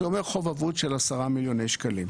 זה אומר חוב אבוד של 10 מיליון שקלים.